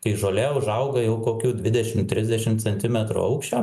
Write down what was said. kai žolė užauga jau kokių dvidešim trisdešim centimetrų aukščio